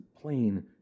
plain